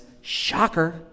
Shocker